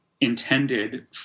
intended